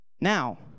Now